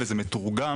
וזה מתורגם